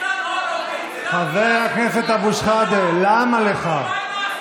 חבר הכנסת אבו שחאדה, למה לך?